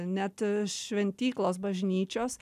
net šventyklos bažnyčios